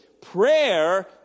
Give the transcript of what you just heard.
prayer